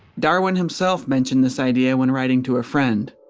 darwin himself mentioned this idea when writing to a friend.